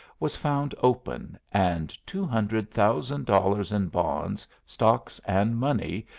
was found open, and two hundred thousand dollars in bonds, stocks, and money,